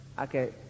okay